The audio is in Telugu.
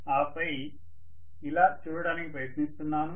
ఆపై ఇలా చూడటానికి ప్రయత్నిస్తున్నాను